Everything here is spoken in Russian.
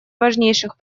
важнейших